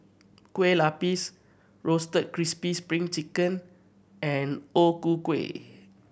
Kueh Lupis Roasted Crispy Spring Chicken and O Ku Kueh